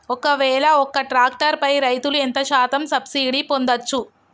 ఒక్కవేల ఒక్క ట్రాక్టర్ పై రైతులు ఎంత శాతం సబ్సిడీ పొందచ్చు?